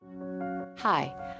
Hi